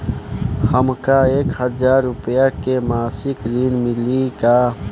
हमका एक हज़ार रूपया के मासिक ऋण मिली का?